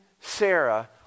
Sarah